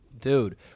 Dude